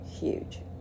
huge